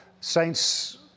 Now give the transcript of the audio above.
Saints